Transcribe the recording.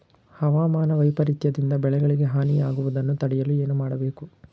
ಹವಾಮಾನ ವೈಪರಿತ್ಯ ದಿಂದ ಬೆಳೆಗಳಿಗೆ ಹಾನಿ ಯಾಗುವುದನ್ನು ತಡೆಯಲು ಏನು ಮಾಡಬೇಕು?